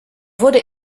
wurde